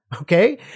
Okay